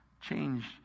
change